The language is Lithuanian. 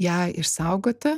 ją išsaugoti